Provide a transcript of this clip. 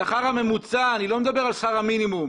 השכר הממוצע ואני לא מדבר על שכר המינימום